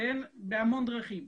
בהמון דרכים.